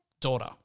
Daughter